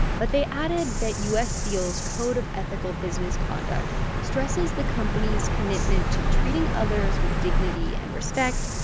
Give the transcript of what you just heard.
but they added that u s. steel's code of ethical business conduct stresses the company's commitment to treating others with dignity and respect,